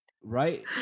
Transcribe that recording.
right